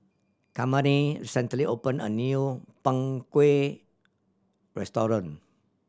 Charmaine recently opened a new Png Kueh restaurant